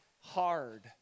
hard